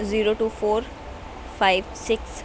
zero two four five six